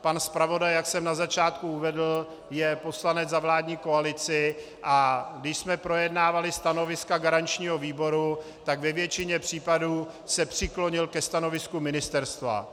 Pan zpravodaj, jak jsem na začátku uvedl, je poslancem za vládní koalici, a když jsme projednávali stanoviska garančního výboru, tak ve většině případů se přiklonil ke stanovisku ministerstva.